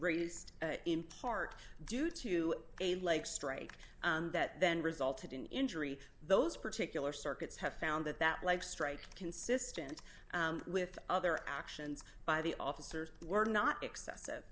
raised in part due to a leg strike that then resulted in injury those particular circuits have found that that like strike consistent with other actions by the officers were not excessive